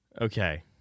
Okay